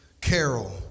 carol